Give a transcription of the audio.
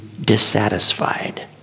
dissatisfied